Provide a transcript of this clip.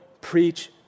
preach